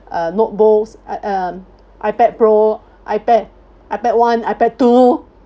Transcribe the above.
uh notebooks uh um ipad pro ipad ipad one ipad two